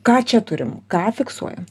ką čia turim ką fiksuoja